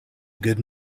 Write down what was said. good